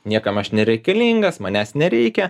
niekam aš nereikalingas manęs nereikia